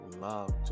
love